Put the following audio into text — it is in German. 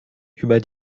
über